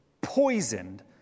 poisoned